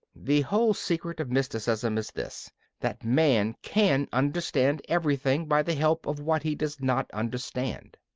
the whole secret of mysticism is this that man can understand everything by the help of what he does not understand.